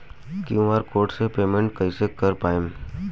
QR code से payment कईसे कर पाएम?